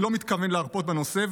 אני לא מתכוון להרפות מהנושא,